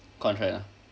contract ah